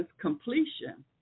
completion